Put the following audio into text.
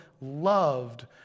loved